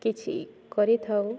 କିଛି କରିଥାଉ